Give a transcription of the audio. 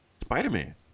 spider-man